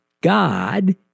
God